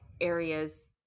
areas